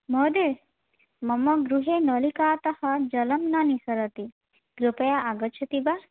महोदये मम् गृहे नलिकातः जलं न निस्सरति कृपया आगच्छति वा